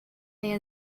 they